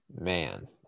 man